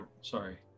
sorry